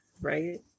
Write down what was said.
Right